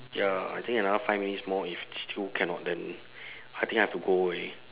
ya I think another five minutes more if still cannot then I think I have to go already